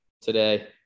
today